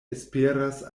esperas